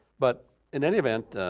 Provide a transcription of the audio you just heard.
but in any event